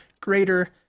greater